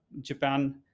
Japan